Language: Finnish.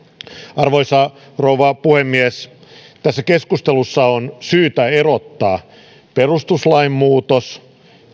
arvoisa rouva puhemies tässä keskustelussa on syytä erottaa perustuslain muutos